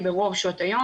ברוב שעות היום,